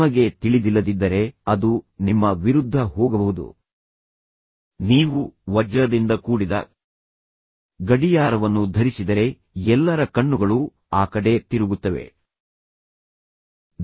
ನಿಮಗೆ ತಿಳಿದಿಲ್ಲದಿದ್ದರೆ ಅದು ನಿಮ್ಮ ವಿರುದ್ಧ ಹೋಗಬಹುದು ನೀವು ವಜ್ರದಿಂದ ಕೂಡಿದ ಗಡಿಯಾರವನ್ನು ಧರಿಸಿದರೆ ಎಲ್ಲರ ಕಣ್ಣುಗಳು ಆ ಕಡೆ ತಿರುಗುತ್ತವೆ ಸಂವಹನ ನಡೆಸುವ ಅವಕಾಶವನ್ನು ನೀವು ಮತ್ತೆ ಕಳೆದುಕೊಳ್ಳುತ್ತೀರಿ